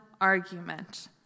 argument